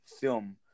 film